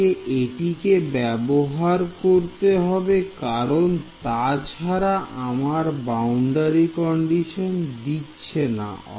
আমাকে একটিকে ব্যবহার করতে হবে কারণ তাছাড়া আমরা বাউন্ডারি কন্ডিশন দিচ্ছি না